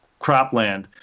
cropland